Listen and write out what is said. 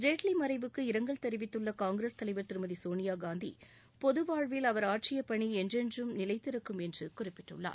ஜேட்வி மறைவுக்கு இரங்கல் தெரிவித்துள்ள காங்கிரஸ் தலைவா் திருமதி சோனியாகாந்தி பொதுவாழ்வில் அவர் ஆற்றிய பணி என்றென்றும் நிலைத்திருக்கும் என்று குறிப்பிட்டுள்ளார்